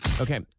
Okay